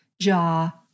jaw